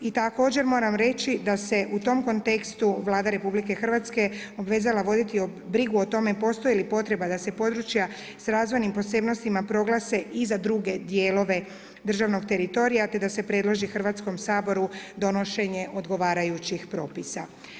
I također moram reći, da se u tom kontekstu Vlada RH, obvezala voditi brigu o tome postoji li potreba da se područja s razvojnim posebnostima, proglase i za druge dijelove državnog teritorija, te da se preloži Hrvatskom saboru donošenje odgovarajućih propisa.